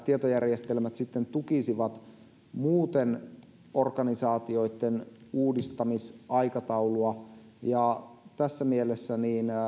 tietojärjestelmät sitten tukisivat muuten organisaatioitten uudistamisaikataulua tässä mielessä